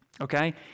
okay